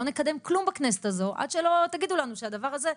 אני לא מבקשת ממנה פרוטקציות כבר כי אין,